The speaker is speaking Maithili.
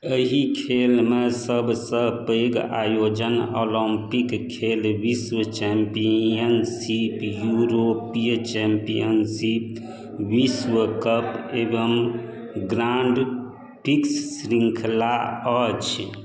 एहि खेलमे सब सऽ पैघ आयोजन ओलंपिक खेल विश्व चैम्पियनशिप यूरोपीय चैम्पियनशिप विश्व कप एवं ग्रांडपिक्स शृंखला अछि